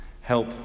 Help